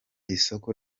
isoko